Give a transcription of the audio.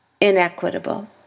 Inequitable